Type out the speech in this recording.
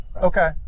okay